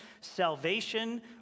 salvation